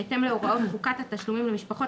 בהתאם להוראות חוקת התשלומים למשפחות